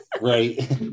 Right